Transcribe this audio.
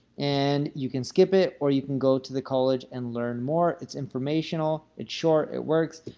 and you can skip it, or you can go to the college and learn more. it's informational, it's short, it works.